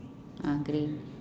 ah green